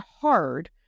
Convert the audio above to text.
hard